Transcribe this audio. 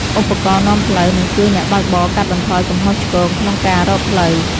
ឧបករណ៍នាំផ្លូវ នឹងជួយអ្នកបើកបរកាត់បន្ថយកំហុសឆ្គងក្នុងការរកផ្លូវ។